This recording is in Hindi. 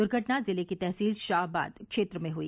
दुर्घटना जिले की तहसील शाहबाद क्षेत्र में हुई